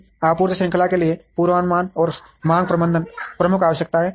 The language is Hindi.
आपूर्ति श्रृंखला के लिए पूर्वानुमान और मांग प्रबंधन प्रमुख आवश्यकताएं हैं